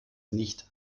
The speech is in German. nicht